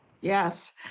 yes